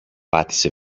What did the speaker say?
πάτησε